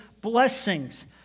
blessings